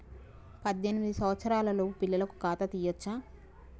పద్దెనిమిది సంవత్సరాలలోపు పిల్లలకు ఖాతా తీయచ్చా?